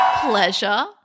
pleasure